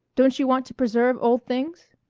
don't you want to preserve old things?